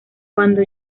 cuando